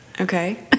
Okay